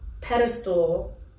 pedestal